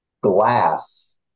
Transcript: glass